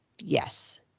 Yes